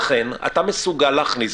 לכן אתה מסוגל להכניס,